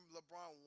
LeBron